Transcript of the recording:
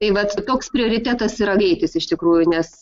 tai vat toks prioritetas yra greitis iš tikrųjų nes